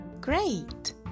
Great